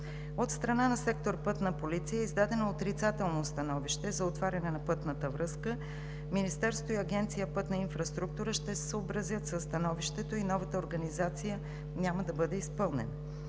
От страна на сектор „Пътна полиция“ е издадено отрицателно становище за отваряне на пътната връзка. Министерството и Агенция „Пътна инфраструктура“ ще се съобразят със становището и новата организация няма да бъде изпълнена.